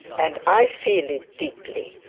and i feel it deeply,